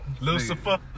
Lucifer